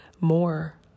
more